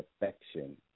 affection